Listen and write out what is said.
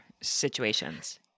situations